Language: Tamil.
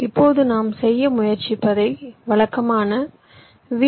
இப்போது நாம் செய்ய முயற்சிப்பதை வழக்கமான வி